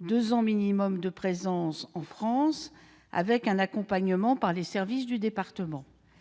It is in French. ils comptent deux ans au minimum de présence en France avec un accompagnement par les services du département